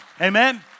Amen